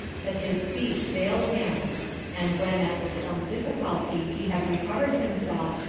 that his speech failed him and when, after some difficulty, he had recovered himself,